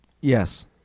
Yes